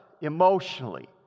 emotionally